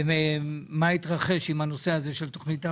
מה התרחש בנושא תוכנית ההבראה,